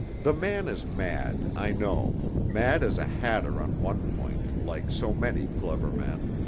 the man is mad, i know mad as a hatter on one point, like so many clever men.